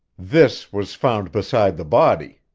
this was found beside the body,